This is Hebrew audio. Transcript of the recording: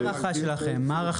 מה ההערכה שלכם?